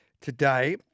today